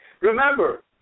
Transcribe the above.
Remember